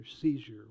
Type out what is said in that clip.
seizure